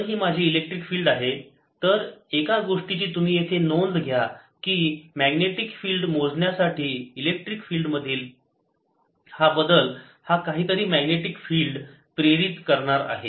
तर ही माझी इलेक्ट्रिक फील्ड आहे तर एका गोष्टीची तुम्ही येथे नोंद घ्या की मॅग्नेटिक फिल्ड मोजण्यासाठी इलेक्ट्रिक फिल्ड मधील हा बदल हा काहीतरी मॅग्नेटिक फिल्ड प्रेरित करणार आहे